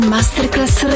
Masterclass